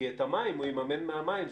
כי את המים הוא יממן מהמים,